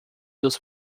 dos